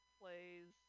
plays